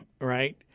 right